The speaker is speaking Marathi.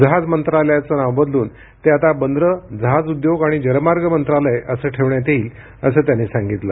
जहाज मंत्रालयाचं नाव बदलून ते आता बंदरं जहाज उद्योग आणि जलमार्ग मंत्रालय असं ठेवण्यात येईल असं त्यांनी सांगितलं